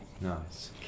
Nice